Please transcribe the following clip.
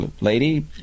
lady